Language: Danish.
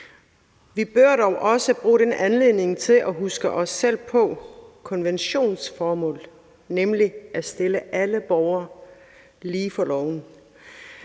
Vi bør dog også bruge den her anledning til at huske os selv på konventionens formål, nemlig at stille alle borgere lige for loven.